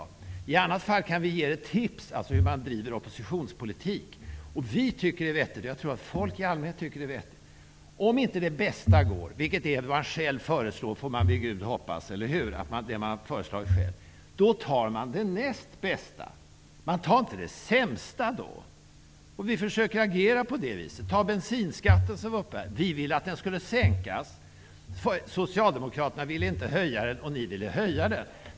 Vi kan här ge er ett tips om hur man driver oppositionspolitik. Vi tycker att det är vettigt, och jag tror att folk i allmänhet tycker att det är vettigt. Om inte det bästa går, vilket -- det får man vid Gud hoppas -- är det man själv föreslår, då tar man det näst bästa. Man tar i så fall inte det sämsta. Vi försöker agera på det viset. Ta bensinskatten som exempel. Vi ville att den skulle sänkas, Socialdemokraterna ville inte höja den, och ni ville höja den.